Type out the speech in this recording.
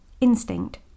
instinct